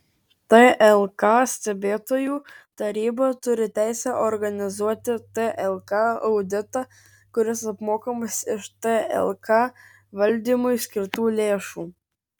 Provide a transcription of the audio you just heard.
tlk stebėtojų taryba turi teisę organizuoti tlk auditą kuris apmokamas iš tlk valdymui skirtų lėšų